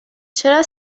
چرا